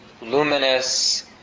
luminous